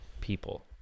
people